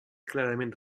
clarament